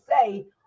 say